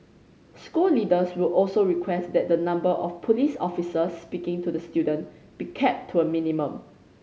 school leaders will also request that the number of police officers speaking to the student be kept to a minimum